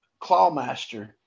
Clawmaster